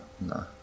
no